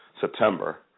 September